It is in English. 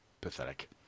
pathetic